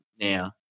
now